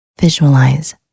Visualize